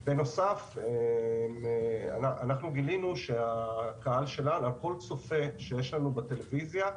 בנוסף, גילינו שעל כל צופה שיש לנו בטלוויזיה,